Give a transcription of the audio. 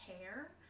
hair